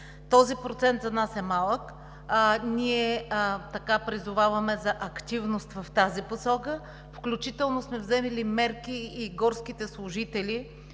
Този процент за нас е малък. Ние призоваваме за активност в тази посока, включително сме взели мерки и работата,